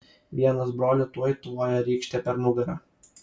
vienas brolių tuoj tvojo rykšte per nugarą